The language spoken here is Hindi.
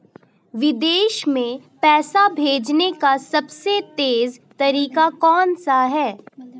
विदेश में पैसा भेजने का सबसे तेज़ तरीका कौनसा है?